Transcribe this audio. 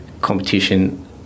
competition